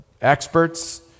experts